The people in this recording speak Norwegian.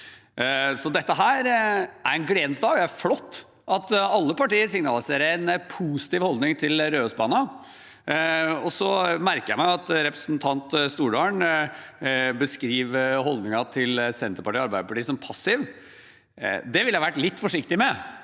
Dette er en gledens dag. Det er flott at alle partier signaliserer en positiv holdning til Rørosbanen. Jeg merker meg at representanten Stordalen beskriver holdningen til Senterpartiet og Arbeiderpartiet som passiv. Det ville jeg ha vært litt forsiktig med,